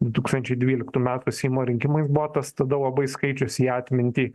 du tūkstančiai dvyliktų metų seimo rinkimai buvo tas tada labai skaičius į atmintį